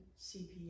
CPA